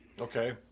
Okay